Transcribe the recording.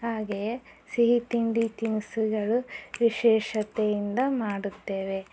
ಹಾಗೆಯೇ ಸಿಹಿ ತಿಂಡಿ ತಿನಿಸುಗಳು ವಿಶೇಷತೆಯಿಂದ ಮಾಡುತ್ತೇವೆ